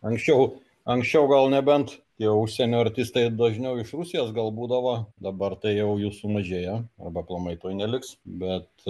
anksčiau anksčiau gal nebent tie užsienio artistai dažniau iš rusijos gal būdavo dabar tai jau jų sumažėjo arba aplamai tuoj neliks bet